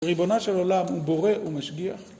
ריבונו של עולם הוא בורא ומשגיח